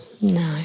no